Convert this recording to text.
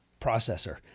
processor